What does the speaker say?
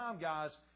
guys